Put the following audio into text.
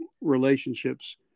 relationships